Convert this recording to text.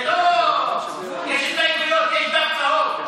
זה לא, יש הסתייגויות, יש דף צהוב.